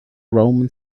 roman